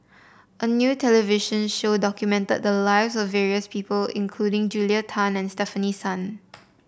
a new television show documented the lives of various people including Julia Tan and Stefanie Sun